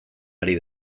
ari